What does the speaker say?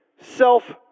self